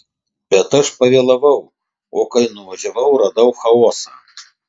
bet aš pavėlavau o kai nuvažiavau radau chaosą